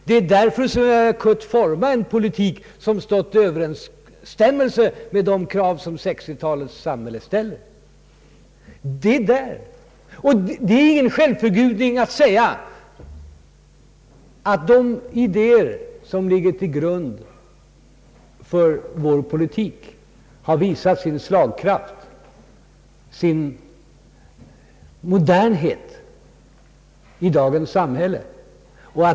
Det är därför som vi kunnat forma en politik som stått i överensstämmelse med de krav som 1960-talets samhälle har ställt. Det är ingen självförgudning att säga att de idéer, som ligger till grund för vår politik, har visat sin slagkraft, sin modernhet i dagens samhälle.